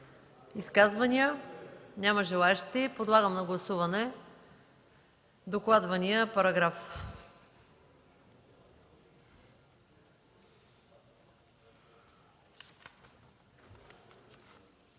изказвания? Няма. Подлагам на гласуване докладвания параграф.